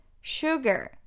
Sugar